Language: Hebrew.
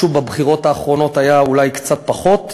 משהו בבחירות האחרונות היה אולי קצת פחות,